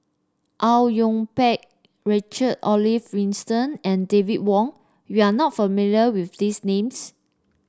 Au Yue Pak Richard Olaf Winstedt and David Wong you are not familiar with these names